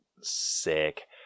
sick